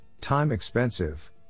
time-expensive